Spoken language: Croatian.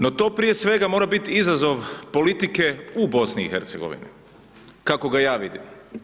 No to prije svega, mora biti izazov politike u BIH, kako ga ja vidim.